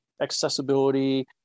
accessibility